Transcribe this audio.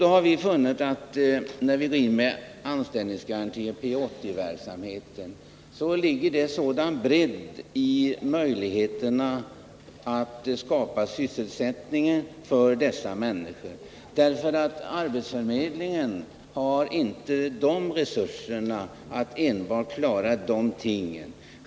Då har vi funnit att anställningsgarantier och P 80-verksamheten ger en bredd i möjligheterna att skapa sysselsättning för dessa människor. Arbetsförmedlingen har inte de resurser som skulle krävas för att klara det.